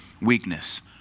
weakness